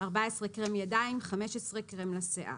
(14)קרם ידיים, (15)קרם לשיער."